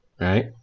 right